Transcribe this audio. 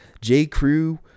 J.Crew